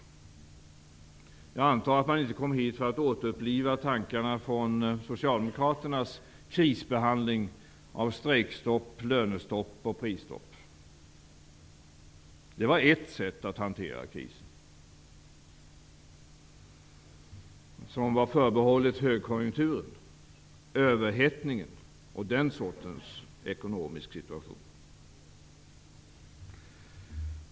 Jag antar att de inte kom hit för att återuppliva tankarna bakom Socialdemokraternas krisbehandling, med strejk-, löne och prisstopp. Det var ett sätt att hantera krisen, som var förbehållet högkonjunkturen, överhettningen och den ekonomiska situationen.